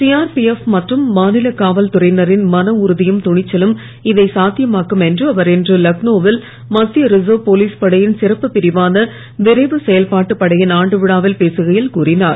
CRPF மற்றும் மாநில காவல் துறையினரின் மனஉறுதியும் துணிச்சலும் இதை சாத்தியமாக்கும் என்று அவர் இன்று லக்னோவில் மத்திய ரிசர்வ் போலீஸ் படையின் சிறப்பு பிரிவான விரைவு செயல்பாட்டு படையின் ஆண்டுவிழாவில் பேசுகையில் கூறினார்